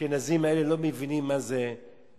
האשכנזים האלה לא מבינים מה זה "חיזבאללה",